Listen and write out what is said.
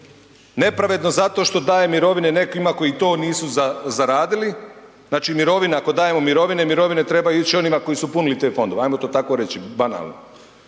Nepravedno zato što daje mirovine nekim koji to nisu zaradili, znači mirovina, ako dajemo mirovine, mirovine trebaju ići onima koji su punili te fondove, ajmo to tako reći banalno.